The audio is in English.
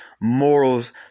morals